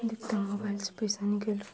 देखतौ mobile सऽ पैसा निकलू